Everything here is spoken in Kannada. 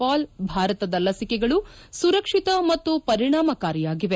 ಪಾಲ್ ಭಾರತದ ಲಸಿಕೆಗಳು ಸುರಕ್ಷಿತ ಮತ್ತು ಪರಿಣಾಮಕಾರಿಯಾಗಿವೆ